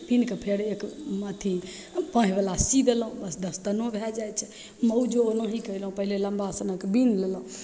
बिनिके फेर एक अथी पढ़िवला सी देलहुँ बस दस्तानो भै जाइ छै मौजो ओनाहि कएलहुँ पहिले लम्बासनके बिनि लेलहुँ